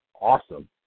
awesome